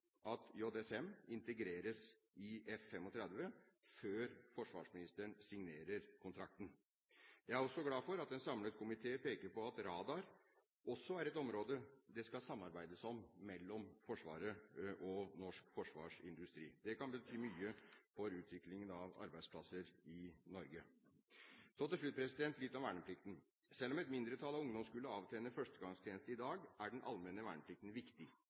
at JSM integreres i F-35 før forsvarsministeren signerer kontrakten. Jeg er også glad for at en samlet komité peker på at radar også er et område det skal samarbeides om mellom Forsvaret og norsk forsvarsindustri. Det kan bety mye for utviklingen av arbeidsplasser i Norge. Til slutt litt om verneplikten: Selv om et mindretall av ungdomskullet avtjener førstegangstjenesten i dag, er den allmenne verneplikten viktig.